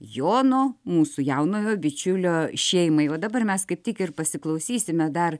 jono mūsų jaunojo bičiulio šeimai o dabar mes kaip tik ir pasiklausysime dar